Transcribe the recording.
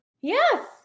Yes